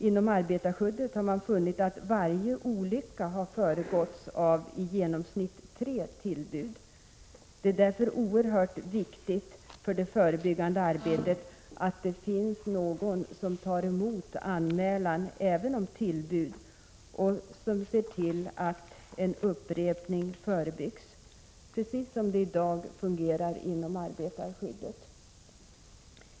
Inom arbetarskyddet har man funnit att varje olycka föregåtts av i genomsnitt tre tillbud. Det är därför oerhört viktigt för det förebyggande arbetet att det finns någon som tar emot anmälan även om tillbud och som ser till att upprepning förebyggs — precis som det i dag fungerar inom arbetarskyddet.